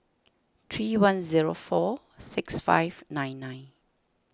three one zero four six five nine nine